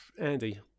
Andy